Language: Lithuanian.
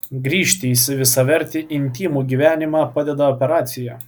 grįžti į visavertį intymų gyvenimą padeda operacija